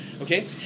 Okay